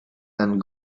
and